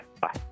Bye